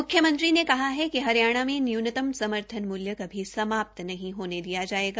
मुख्यमंत्री ने कहा कि हरियाणा में न्यूनतम समर्थन मुल्य कभी समाप्त नहीं होने दिया जायेगा